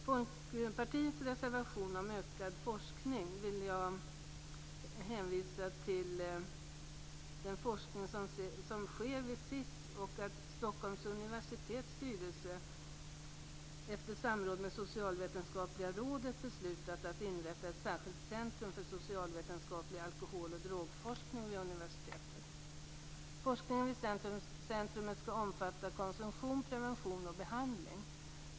Folkpartiets reservation handlar om ökad forskning. Där vill jag hänvisa till den forskning som sker vid SIS. Dessutom har Stockholms universitets styrelse, efter samråd med Socialvetenskapliga rådet, beslutat att inrätta ett särskilt centrum för socialvetenskaplig alkohol och drogforskning vid universitetet. Forskningen vid centrumet skall omfatta konsumtion, prevention och behandling.